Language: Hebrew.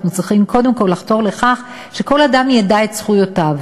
אנחנו צריכים קודם כול לחתור לכך שכל אדם ידע את זכויותיו.